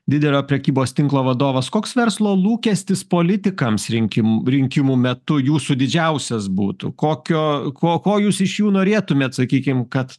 didelio prekybos tinklo vadovas koks verslo lūkestis politikams rinkimų rinkimų metu jūsų didžiausias būtų kokio ko ko jūs iš jų norėtumėt sakykim kad